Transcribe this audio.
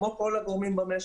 כמו כל הגורמים במשק,